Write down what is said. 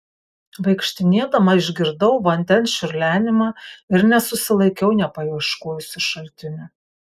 vaikštinėdama išgirdau vandens čiurlenimą ir nesusilaikiau nepaieškojusi šaltinio